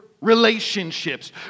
relationships